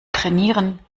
trainieren